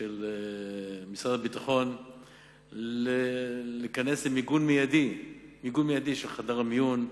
ושל משרד הביטחון להיכנס עם מיגון מיידי של חדר המיון,